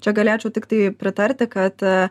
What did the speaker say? čia galėčiau tiktai pritarti kad